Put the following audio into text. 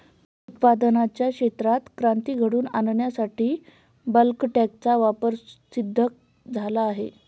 दूध उत्पादनाच्या क्षेत्रात क्रांती घडवून आणण्यासाठी बल्क टँकचा वापर सिद्ध झाला आहे